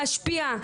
להשפיע,